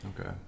Okay